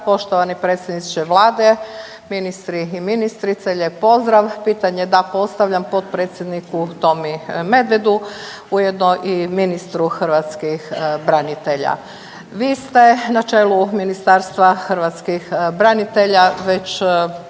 poštovani predstavniče vlade, ministri i ministrice, lijep pozdrav. Pitanje da postavljam potpredsjedniku Tomi Medvedu ujedno i ministru hrvatskih branitelja. Vi ste na čelu Ministarstva hrvatskih branitelja već